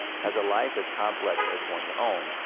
has a life as complex as one's own,